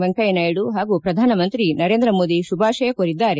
ವೆಂಕಯ್ಕನಾಯ್ಡ ಹಾಗೂ ಪ್ರಧಾನ ಮಂತ್ರಿ ನರೇಂದ್ರ ಮೋದಿ ಶುಭಾಶಯ ಕೋರಿದ್ದಾರೆ